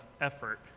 effort